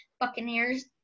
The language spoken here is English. Buccaneers